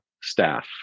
staff